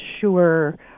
sure